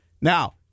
Now